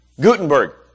Gutenberg